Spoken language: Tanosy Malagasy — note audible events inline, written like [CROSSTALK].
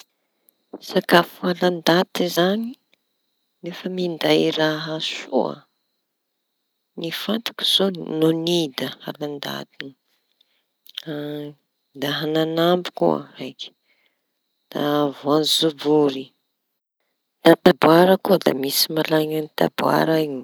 Ny sakafo halan-daty zañy nefa minday raha soa. Ny fantako zao da nonia da halandaty io. [HESITATION] Da añanambo koa da voanzobory da taboara koa da misy malaiña taboara iñy.